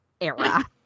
era